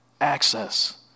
access